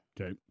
okay